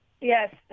Yes